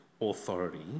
authority